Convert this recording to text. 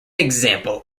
example